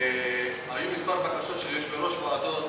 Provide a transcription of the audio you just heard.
והיו כמה בקשות של יושבי-ראש ועדות,